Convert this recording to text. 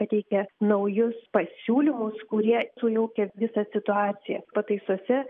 pateikė naujus pasiūlymus kurie sujaukia visą situaciją pataisose